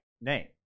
name